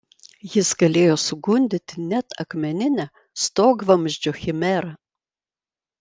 jis galėjo sugundyti net akmeninę stogvamzdžio chimerą